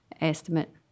estimate